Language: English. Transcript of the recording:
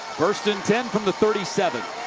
first and ten from the thirty seven.